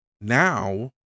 now